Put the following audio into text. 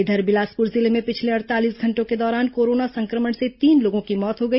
इधर बिलासपुर जिले में पिछले अड़तालीस घंटों के दौरान कोरोना संक्रमण से तीन लोगों की मौत हो गई